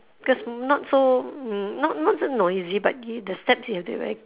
because not so um not say noisy but the steps you have to be very